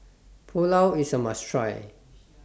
Pulao IS A must Try